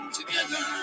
Together